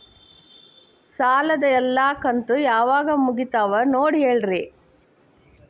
ಸಾಲದ ಎಲ್ಲಾ ಕಂತು ಯಾವಾಗ ಮುಗಿತಾವ ನೋಡಿ ಹೇಳ್ರಿ